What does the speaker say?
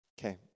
okay